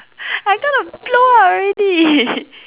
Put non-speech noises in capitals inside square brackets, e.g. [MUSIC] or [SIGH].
I gonna blow already [LAUGHS]